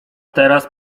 teraz